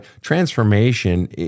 transformation